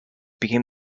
became